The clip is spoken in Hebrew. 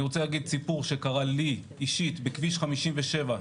אני רוצה להגיד סיפור שקרה לי אישית בכביש 57,